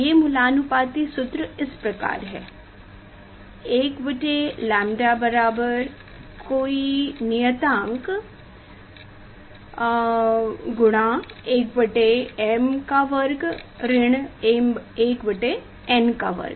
ये मूलानुपाती सूत्र इस प्रकार है 1लाम्ब्डा बराबर कोई नियतांक गुना 1 बटे m वर्ग ऋण 1 बटे n वर्ग